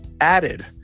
added